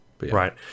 right